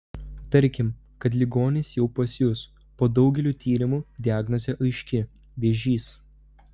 tarkim kad ligonis jau pas jus po daugelio tyrimų diagnozė aiški vėžys